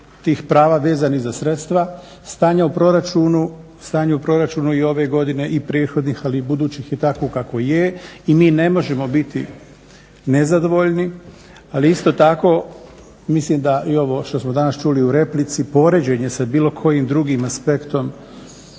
tih prava vezanih za sredstva, stanje u proračunu i ove godine i prethodnih, ali i budućih je takvo kakvo je i mi ne možemo biti nezadovoljni, ali isto tako mislim da i ovo što smo danas čuli u replici, poređenje sa bilo kojim drugim aspektom